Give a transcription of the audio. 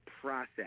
process